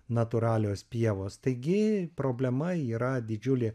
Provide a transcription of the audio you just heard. natūralios pievos taigi problema yra didžiulė